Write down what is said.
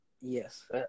Yes